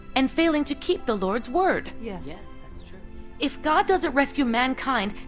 and failing to keep the lord's word. yeah yeah if god doesn't rescue mankind,